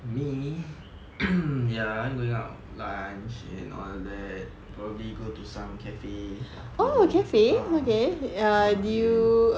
me ya I'm going out lunch and all that probably go to some cafe after ah uh then